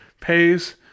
pays